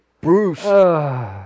Bruce